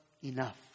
enough